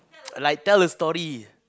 like tell a story